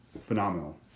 phenomenal